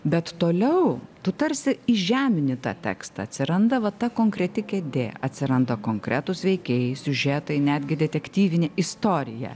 bet toliau tu tarsi įžemini tą tekstą atsiranda va ta konkreti kėdė atsiranda konkretūs veikėjai siužetai netgi detektyvinė istorija